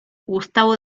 gustavo